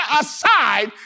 aside